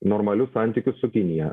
normalius santykius su kinija